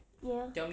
ya